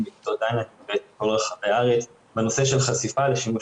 בכיתות י"א י"ב מכל רחבי הארץ בנושא של חשיפה לשימוש